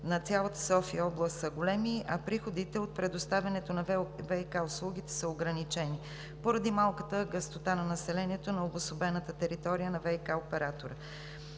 на цялата София област са големи, а приходите от предоставянето на ВиК услугите са ограничени поради малката гъстота на населението на обособената територия на ВиК оператора.